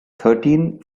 thirteen